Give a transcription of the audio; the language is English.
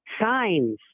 signs